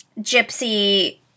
Gypsy